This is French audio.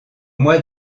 mois